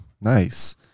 Nice